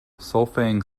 solfaing